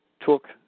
took